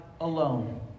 alone